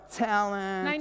talent